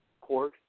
Court